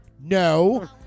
No